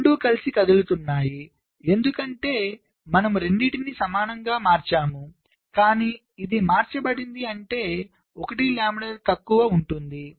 ఈ 2 కలిసి కదులుతున్నాయి ఎందుకంటే మనము రెండింటినీ సమానంగా మార్చాము కానీ ఇది మార్చబడింది అంటే 1 లాంబ్డా తక్కువ ఉంటుంది